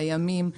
בימים,